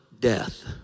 death